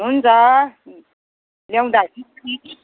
हुन्छ ल्याउँदा